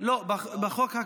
בחוק הזה?